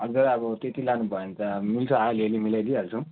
हजुर अब त्यति लानुभयो भने त मिल्छ आलिअलि मिलाइदिइहाल्छु